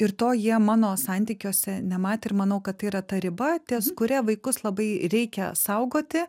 ir to jie mano santykiuose nematė ir manau kad tai yra ta riba ties kuria vaikus labai reikia saugoti